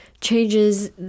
changes